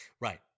Right